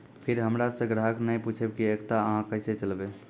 फिर हमारा से ग्राहक ने पुछेब की एकता अहाँ के केसे चलबै?